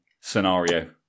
scenario